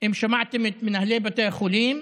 אם שמעתם את מנהלי בתי החולים,